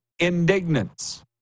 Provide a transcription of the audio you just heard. indignance